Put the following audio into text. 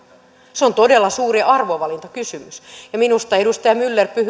se on todella suuri arvovalintakysymys minusta edustaja myller